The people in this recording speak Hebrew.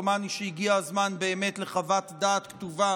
דומני שהגיע הזמן באמת לחוות דעת כתובה